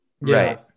Right